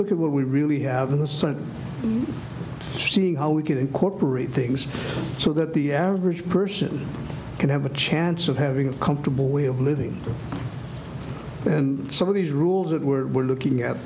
look at what we really have in the senate seeing how we can incorporate things so that the average person can have a chance of having a comfortable way of living and some of these rules that we're looking at